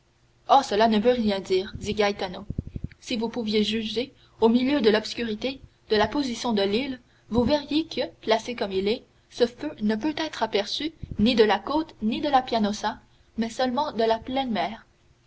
oh cela ne veut rien dire dit gaetano si vous pouviez juger au milieu de l'obscurité de la position de l'île vous verriez que placé comme il l'est ce feu ne peut être aperçu ni de la côte ni de la pianosa mais seulement de la pleine mer